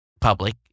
public